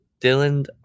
Dylan